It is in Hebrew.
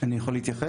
אני יכול להתייחס?